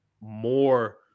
more